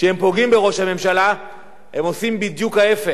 הם עושים בדיוק ההיפך, הם מחזקים את ראש הממשלה.